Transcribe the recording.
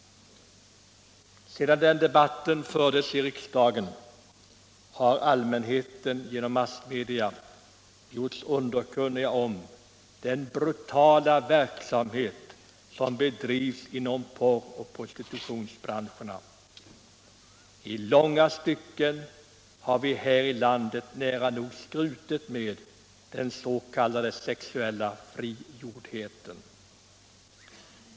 Sedan den debatten fördes i riksdagen har allmänheten genom massmedia gjorts underkunnig om den brutala verksamhet som bedrivs inom porr och prostitutionsbranscherna. I långa stycken har vi här i landet nära nog skrutit med den s.k. sexuella frigjordheten.